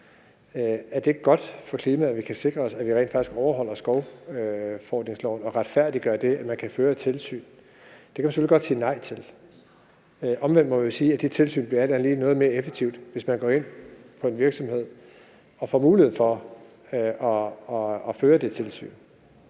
Er det godt for klimaet, at vi kan sikre os, at vi rent faktisk overholder skovrydningsforordningen, og retfærdiggør det, at man kan føre tilsyn? Det kan vi selvfølgelig godt sige nej til. Omvendt må vi jo sige, at det tilsyn alt andet lige bliver mere effektivt, hvis man går ind på en virksomhed og får mulighed for at føre det tilsyn.